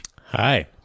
Hi